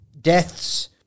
deaths